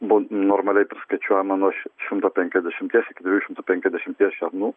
buvo normaliai priskaičiuojama nuo š šimto penkiasdešimties iki dviejų šimtų penkiasdešimties šernų